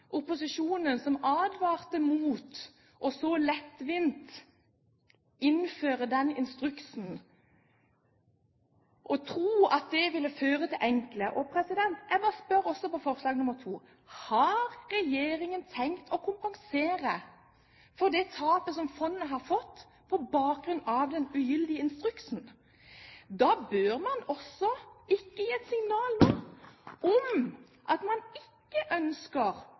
opposisjonen som advarte mot å innføre den instruksen så lettvint, og tro at det ville være så enkelt. Jeg må også spørre når det gjelder II: Har regjeringen tenkt å kompensere det tapet som fondet har fått, på bakgrunn av den ugyldige instruksen? Da bør man ikke også gi et signal nå om at man ikke ønsker